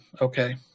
okay